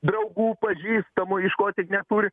draugų pažįstamų iš ko tik neturi